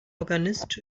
organist